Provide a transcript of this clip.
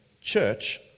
Church